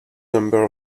number